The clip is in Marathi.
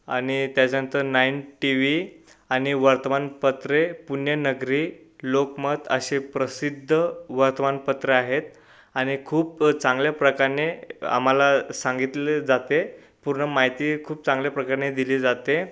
आणि त्याच्यांतर नाइन टी वी आणि वर्तमानपत्रे पुण्यनगरी लोकमत असे प्रसिद्ध वर्तमानपत्रे आहेत आणि खूप चांगल्या माहिती खूप चांगल्या प्रकाराने दिली जाते